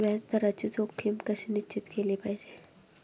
व्याज दराची जोखीम कशी निश्चित केली पाहिजे